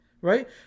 Right